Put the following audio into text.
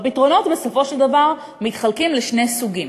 והפתרונות, בסופו של דבר, מתחלקים לשני סוגים: